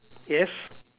yes